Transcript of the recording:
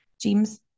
james